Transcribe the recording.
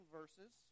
verses